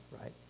right